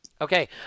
Okay